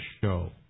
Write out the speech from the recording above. show